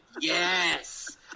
yes